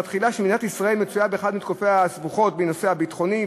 מתחילים בכך שמדינת ישראל מצויה באחת מתקופותיה הסבוכות בנושא הביטחוני,